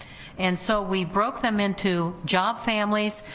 and so we broke them into job families.